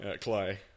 Clay